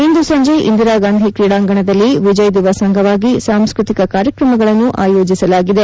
ಇಂದು ಸಂಜೆ ಇಂದಿರಾ ಗಾಂಧಿ ಕ್ರೀಡಾಂಗಣದಲ್ಲಿ ವಿಜಯ್ ದಿವಸ್ ಅಂಗವಾಗಿ ಸಾಂಸ್ನತಿಕ ಕಾರ್ಯಕ್ರಮಗಳನ್ನು ಆಯೋಜಿಸಲಾಗಿದೆ